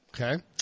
Okay